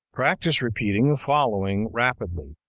practise repeating the following rapidly,